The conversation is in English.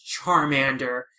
Charmander